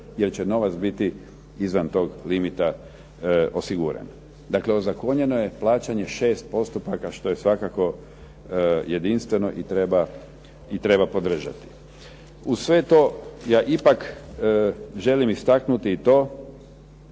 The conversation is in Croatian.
jer će novac biti izvan tog limita osiguran. Dakle, ozakonjeno je plaćanje 6 postupaka, što je svakako jedinstveno i treba podržati. Uz sve to ja ipak želim istaknuti i to